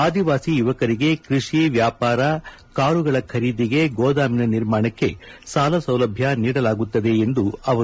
ಆದಿವಾಸಿ ಯುವಕರಿಗೆ ಕೃಷಿವ್ಯಾಪಾರಕಾರುಗಳ ಖರೀದಿಗೆ ಗೋದಾಮಿನ ನಿರ್ಮಾಣಕ್ಕೆ ಸಾಲ ಸೌಲಭ್ಯ ನೀಡಲಾಗುತ್ತದೆ ಎಂದರು